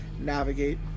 navigate